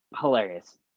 hilarious